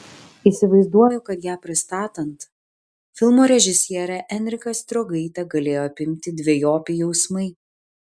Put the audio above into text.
įsivaizduoju kad ją pristatant filmo režisierę enriką striogaitę galėjo apimti dvejopi jausmai